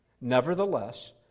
Nevertheless